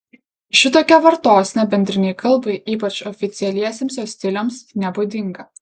šitokia vartosena bendrinei kalbai ypač oficialiesiems jos stiliams nebūdinga